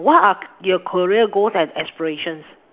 what are your career goals and aspirations